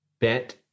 Bent